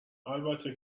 البته